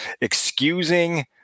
excusing